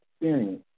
experience